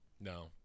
No